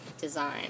design